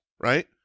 right